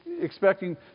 expecting